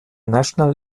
national